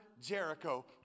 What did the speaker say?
Jericho